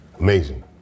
amazing